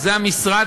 זה המשרד.